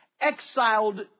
exiled